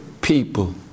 people